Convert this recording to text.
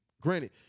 Granted